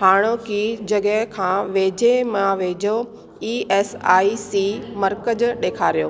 हाणोकी जॻह खां वेझे में वेझा ई एस आई सी मर्कज़ ॾेखारियो